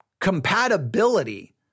compatibility